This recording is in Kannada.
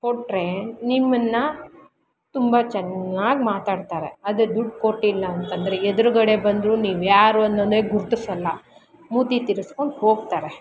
ಕೊಟ್ಟರೆ ನಿಮ್ಮನ್ನು ತುಂಬ ಚೆನ್ನಾಗಿ ಮಾತಾಡ್ತಾರೆ ಅದೇ ದುಡ್ಡು ಕೊಟ್ಟಿಲ್ಲ ಅಂತಂದರೆ ಎದುರುಗಡೆ ಬಂದರು ನೀವು ಯಾರು ಅನ್ನೋದೆ ಗುರ್ತಿಸಲ್ಲ ಮೂತಿ ತಿರ್ಗಿಸ್ಕೊಂಡು ಹೋಗ್ತಾರೆ